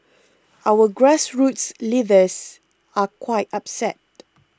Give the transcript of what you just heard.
our grassroots leaders are quite upset